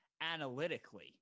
analytically